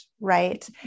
Right